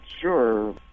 sure